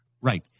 right